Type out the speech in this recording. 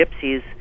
gypsies